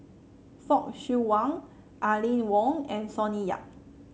Fock Siew Wah Aline Wong and Sonny Yap